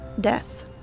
death